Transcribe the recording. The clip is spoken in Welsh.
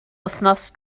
wythnos